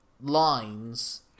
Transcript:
lines